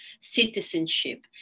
citizenship